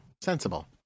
Sensible